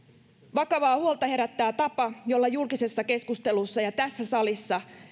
vakavaa huolta herättää tapa jolla julkisessa keskustelussa ja tässä salissa